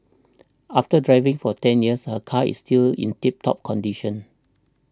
after driving for ten years her car is still in tip top condition